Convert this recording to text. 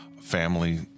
family